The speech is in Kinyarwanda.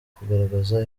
kugaragaza